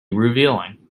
revealing